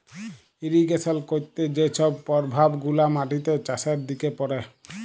irrigation ক্যইরতে যে ছব পরভাব গুলা মাটিতে, চাষের দিকে পড়ে